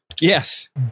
Yes